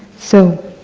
so,